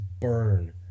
burn